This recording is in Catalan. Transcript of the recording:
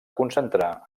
concentrar